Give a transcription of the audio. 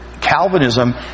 Calvinism